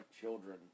children